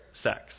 sex